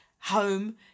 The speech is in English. home